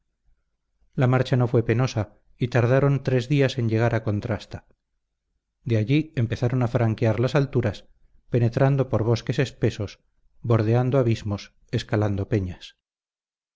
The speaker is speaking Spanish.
la marcha no fue penosa y tardaron tres días en llegar a contrasta de allí empezaron a franquear las alturas penetrando por bosques espesos bordeando abismos escalando peñas